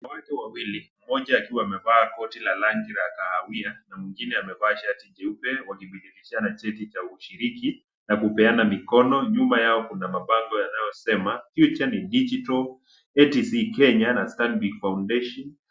Watu wawili, mmoja akiwa amevaa koti la rangi la kahawia na mwingine amevaa shati jeupe, wakidhibitishana cheki cha ushiriki na kupeana mikono. Nyuma yao kuna mabango yanayosema Future ni Digital , ATC Kenya, na Stanbic Foundation .